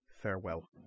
farewell